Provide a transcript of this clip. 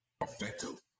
effective